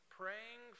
praying